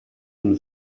ihm